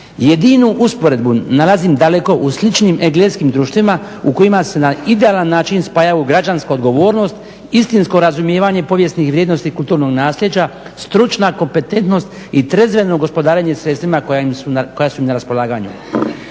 Jedinu usporedbu nalazim daleko u sličnim engleskim društvima u kojima se na idealan način spajaju građanska odgovornost, istinsko razumijevanje povijesnih vrijednosti i kulturnog nasljeđa, stručna kompetentnost i trezveno gospodarenje sredstvima koja su im na raspolaganju.